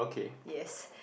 yes